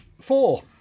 Four